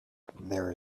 there